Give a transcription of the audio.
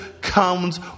comes